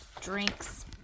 drinks